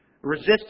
Resist